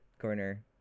corner